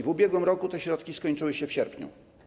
W ubiegłym roku te środki skończyły się w sierpniu.